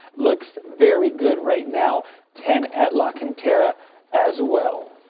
looks very good right now ten at la cantera as well.